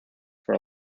for